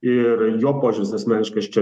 ir jo požiūris asmeniškas čia